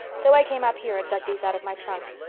so i came up here and dug these out of my trunk.